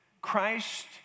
Christ